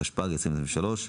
התשפ"ג-2023,